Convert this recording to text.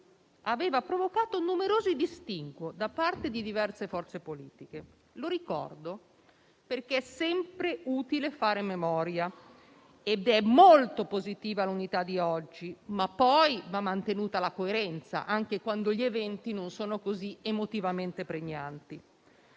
aveva provocato numerosi distinguo da parte di diverse forze politiche. Lo ricordo perché è sempre utile fare memoria ed è molto positiva l'unità di oggi, ma poi va mantenuta la coerenza anche quando gli eventi non sono così emotivamente pregnanti.